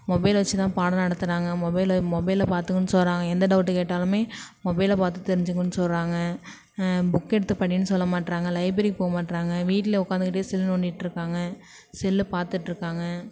mobile வச்சி தான் பாடம் நடத்துகிறாங்க மொபைல மொபைல பார்த்துக்கோன்னு சொல்கிறாங்க எந்த டௌட்டு கேட்டாலும் மொபைலை பார்த்து தெரிஞ்சிகோன்னு சொல்கிறாங்க புக் எடுத்து படின்னு சொல்ல மாட்டுறாங்க லைப்பெரிக்கு போ மாட்டுறாங்க வீட்டில் உக்காந்துக்கிட்டே சொல்லு நோண்டிட்ருக்காங்க செல்லை பார்த்துட்ருக்காங்க